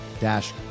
dash